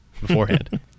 beforehand